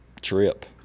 trip